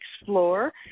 explore